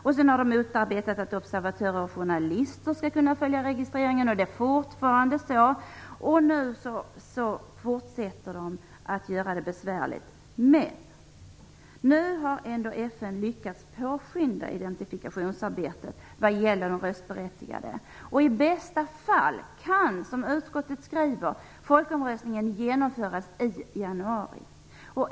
Dessutom har man motarbetat att observatörer och journalister skall kunna följa registreringen, och det pågår fortfarande. Nu fortsätter man att göra det besvärligt. Men nu har ändå FN lyckats påskynda identifikationsarbetet vad gäller de röstberättigade. I bästa fall kan, som utskottet skriver, folkomröstningen genomföras i januari.